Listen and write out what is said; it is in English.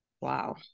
Wow